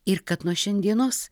ir kad nuo šiandienos